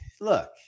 look